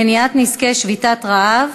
(מניעת נזקי שביתת רעב),